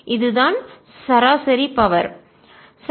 இதுதான் சராசரி பவர் சக்தி